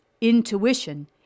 Intuition